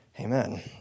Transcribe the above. Amen